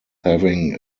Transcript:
having